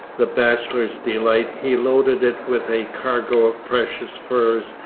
the bachelor's delight, he loaded it with a cargo of precious furs,